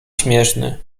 śmieszny